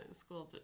school